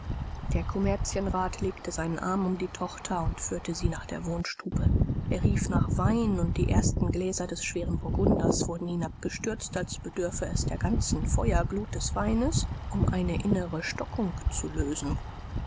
der kommerzienrat legte seinen arm um die tochter und führte sie nach der wohnstube er rief nach wein und die ersten gläser des schweren burgunders wurden hinabgestürzt als bedürfe es der ganzen feuerglut des weines um eine innere stockung zu lösen